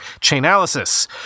Chainalysis